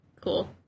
Cool